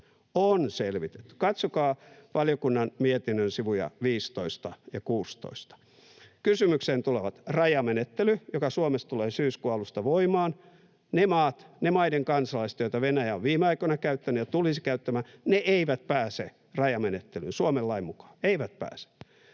On selvitetty. Katsokaa valiokunnan mietinnön sivuja 15 ja 16. Kysymykseen tulee rajamenettely, joka Suomessa tulee syyskuun alusta voimaan. Niiden maiden kansalaiset, joita Venäjä on viime aikoina käyttänyt ja tulisi käyttämään, eivät pääse rajamenettelyyn Suomen lain mukaan, eivät pääse.